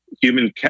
human